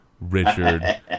Richard